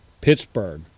Pittsburgh